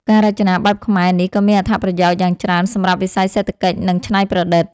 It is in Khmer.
ការរចនាបែបខ្មែរនេះក៏មានអត្ថប្រយោជន៍យ៉ាងច្រើនសម្រាប់វិស័យសេដ្ឋកិច្ច និងច្នៃប្រឌិត។